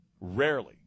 Rarely